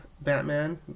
Batman